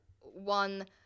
one